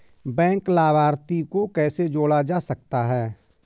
Bank लाभार्थी को कैसे जोड़ा जा सकता है?